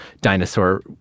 dinosaur